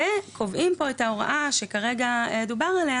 וקובעים פה את ההוראה שכרגע דובר עליה,